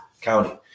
county